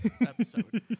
episode